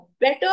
better